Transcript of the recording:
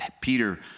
Peter